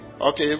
Okay